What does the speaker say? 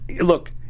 Look